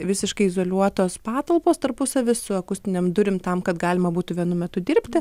visiškai izoliuotos patalpos tarpusavy su akustinėm durim tam kad galima būtų vienu metu dirbti